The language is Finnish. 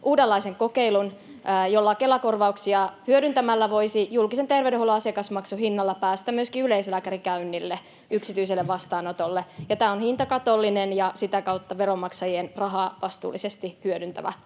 uudenlaisen kokeilun, jolloin Kela-korvauksia hyödyntämällä voisi julkisen terveydenhuollon asiakasmaksun hinnalla päästä myöskin yleislääkärikäynnille yksityiselle vastaanotolle. Tämä on hintakatollinen ja sitä kautta veronmaksajien rahaa vastuullisesti hyödyntävä